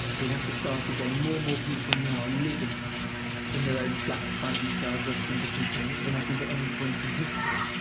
we have to start again. more and more people now are living in their own flats by themselves as single people and than i think at any point in history.